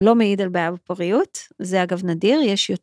לא מעיד על בעיה בפוריות. זה אגב נדיר, יש יו...